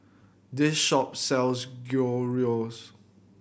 this shop sells Gyros